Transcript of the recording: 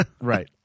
right